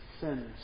sins